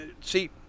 See